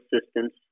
assistance